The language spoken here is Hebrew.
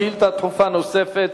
שאילתא דחופה נוספת